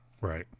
Right